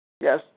Yes